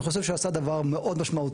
אני חושב שהוא עשה דבר מאוד משמעותי.